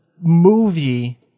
movie